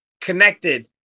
connected